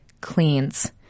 cleans